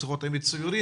מסכות עם ציורים,